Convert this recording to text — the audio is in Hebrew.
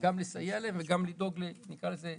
גם לסייע להם וגם לדאוג לתמיכה.